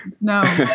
No